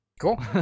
Cool